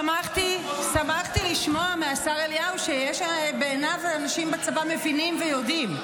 שמחתי לשמוע מהשר אליהו שיש בעיניו אנשים בצבא שמבינים ויודעים.